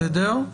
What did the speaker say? בסדר.